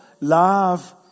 love